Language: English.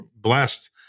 blessed